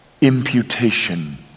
Imputation